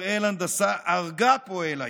בראל הנדסה הרגה פועל היום.